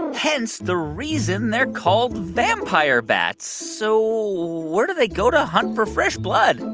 hence the reason they're called vampire bats. so where do they go to hunt for fresh blood?